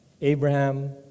Abraham